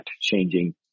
changing